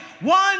one